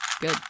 Good